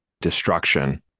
destruction